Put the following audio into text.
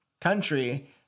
country